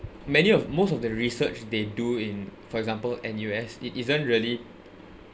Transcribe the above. many of most of the research they do in for example N_U_S it isn't really